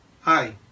Hi